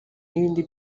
n’ibindi